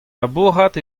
labourat